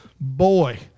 boy